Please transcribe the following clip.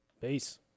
peace